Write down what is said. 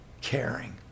caring